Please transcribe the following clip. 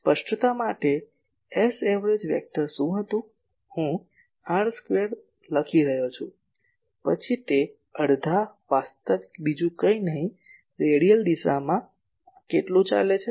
સ્પષ્ટતા માટે Saverage vector શું હતું હું r સ્ક્વેર લખી રહ્યો છું પછી તે અડધા વાસ્તવિક બીજું કંઈ નહીં રેડિયલ દિશામાં આ કેટલું ચાલે છે